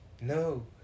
no